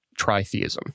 tritheism